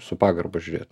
su pagarba žiūrėt